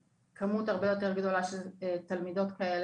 שכמות הרבה יותר גדולות של תלמידות כאלו